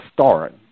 start